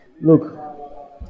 look